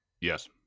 Yes